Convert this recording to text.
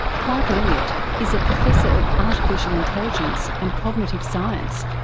clark elliott is a professor of artificial intelligence and cognitive science.